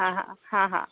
હા હા